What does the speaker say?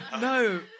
No